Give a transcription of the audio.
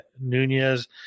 Nunez